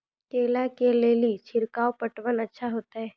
केला के ले ली छिड़काव पटवन अच्छा होते?